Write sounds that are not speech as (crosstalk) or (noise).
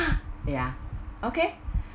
ya okay (breath)